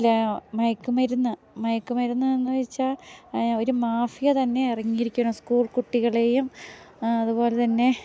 ല മയക്കുമരുന്ന് മയക്കുമരുന്ന് എന്ന് വെച്ചാൽ ഒരു മാഫിയ തന്നെ ഇറങ്ങിയിരിക്കുകയാണ് സ്കൂൾ കുട്ടികളെയും അതുപോലെ തന്നെ